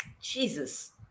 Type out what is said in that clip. Jesus